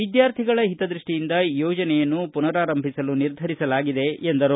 ವಿದ್ಯಾರ್ಥಿಗಳ ಹಿತದ್ಯಷ್ಷಿಯಿಂದ ಯೋಜನೆಯನ್ನು ಪುನರಾರಂಭಿಸಲು ನಿರ್ಧರಿಸಲಾಗಿದೆ ಎಂದರು